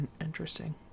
interesting